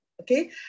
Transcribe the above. okay